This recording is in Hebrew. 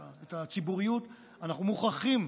את הציבוריות, אנחנו מוכרחים,